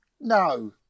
No